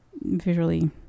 visually